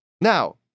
Now